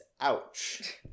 Ouch